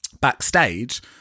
backstage